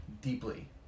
deeply